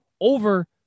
over